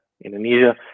Indonesia